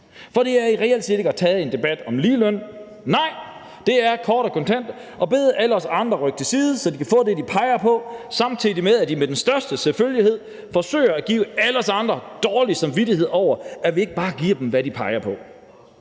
For det er jo reelt set ikke at tage en debat om ligeløn, nej, det er kort og kontant at bede alle os andre rykke til side, så de kan få det, som de peger på, samtidig med at de med den største selvfølgelighed forsøger at give alle os andre dårlig samvittighed over, at vi ikke bare giver dem, hvad de peger på.